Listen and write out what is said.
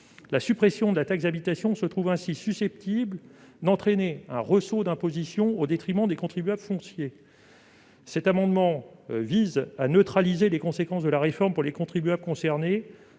La suppression de la taxe d'habitation est donc susceptible d'entraîner un ressaut d'imposition au détriment des contribuables fonciers. Cet amendement vise à neutraliser les conséquences de la réforme pour les contribuables concernés